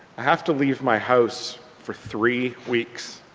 i have to leave my house for three weeks.